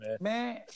man